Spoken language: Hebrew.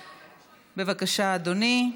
בבקשה, אדוני.